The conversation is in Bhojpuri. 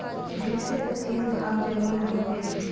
बीसे पचीस भाग जमीन हउवे